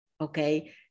okay